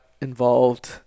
involved –